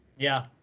yeah.